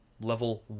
level